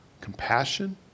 Compassion